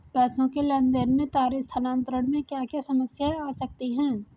पैसों के लेन देन में तार स्थानांतरण में क्या क्या समस्याएं आ सकती हैं?